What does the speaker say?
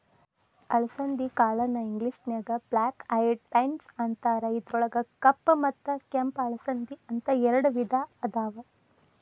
ಅಲಸಂದಿ ಕಾಳನ್ನ ಇಂಗ್ಲೇಷನ್ಯಾಗ ಬ್ಲ್ಯಾಕ್ ಐಯೆಡ್ ಬೇನ್ಸ್ ಅಂತಾರ, ಇದ್ರೊಳಗ ಕಪ್ಪ ಮತ್ತ ಕೆಂಪ ಅಲಸಂದಿ, ಅಂತ ಎರಡ್ ವಿಧಾ ಅದಾವ